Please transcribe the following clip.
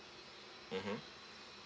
mmhmm